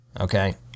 okay